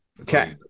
okay